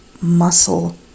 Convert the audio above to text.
muscle